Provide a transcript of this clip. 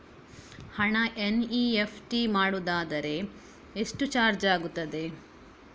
ಹಣ ಎನ್.ಇ.ಎಫ್.ಟಿ ಮಾಡುವುದಾದರೆ ಎಷ್ಟು ಚಾರ್ಜ್ ಆಗುತ್ತದೆ?